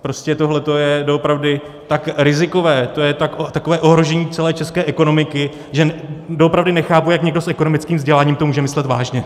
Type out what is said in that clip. Prostě tohleto je doopravdy tak rizikové, to je takové ohrožení celé české ekonomiky, že doopravdy nechápu, jak někdo s ekonomickým vzděláním to může myslet vážně.